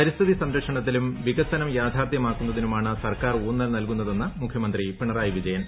പരിസ്ഥിതി സംര്ക്ഷണത്തിലും വികസനം ന് യാഥാർത്ഥ്യമാക്കുന്നതിനുമാണ് സർക്കാർ ഊന്നൽ നൽകുന്നതെന്ന് മുഖ്യമന്ത്രി പിണറായി വിജയൻ